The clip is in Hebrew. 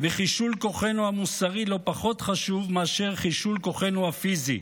וחישול כוחנו המוסרי לא פחות חשוב מאשר חישול כוחנו הפיזי.